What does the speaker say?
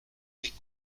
les